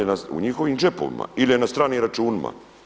U njihovim džepovima ili je na stranim računima.